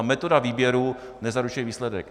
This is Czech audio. Metoda výběru nezaručuje výsledek.